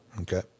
Okay